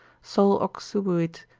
sol occubuit,